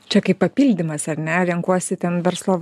čia kaip papildymas ar ne renkuosi ten verslo